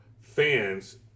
fans